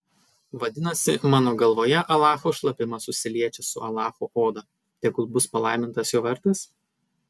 vadinasi mano galvoje alacho šlapimas susiliečia su alacho oda tegul bus palaimintas jo vardas